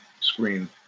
screen